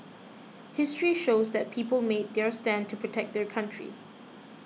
history shows that people made their stand to protect their country